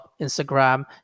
Instagram